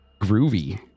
groovy